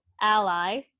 ally